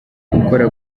gukora